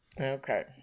Okay